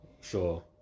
Sure